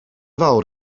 fawr